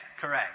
correct